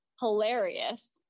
hilarious